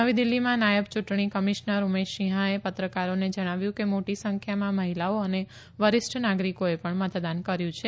નવી દિલ્હીમાં નાયબ ચૂંટણી કમિશ્નર ઉમેશ સિંહાએ પત્રકારોને જણાવ્યું કે મોટી સંખ્યામાં મહિલાઓ અને વરિષ્ઠ નાગરિકોએ પણ મતદાન કર્યું છે